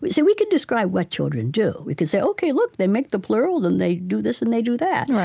we so we could describe what children do. we can say, ok. look. they make the plural, then they do this and they do that.